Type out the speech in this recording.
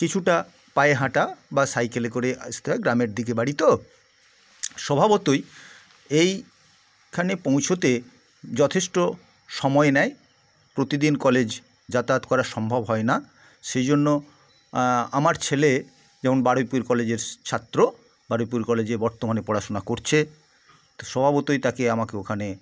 কিছুটা পায়ে হাঁটা বা সাইকেলে করে আসতে হয় গ্রামের দিকে বাড়ি তো স্বভাবতই এখানে পৌঁছতে যথেষ্ট সময় নেয় প্রতিদিন কলেজ যাতায়াত করা সম্ভব হয় না সেই জন্য আমার ছেলে যেমন বারুইপুর কলেজের ছাত্র বারুইপুর কলেজে বর্তমানে পড়াশোনা করছে তো স্বভাবতই তাকে আমাকে ওখানে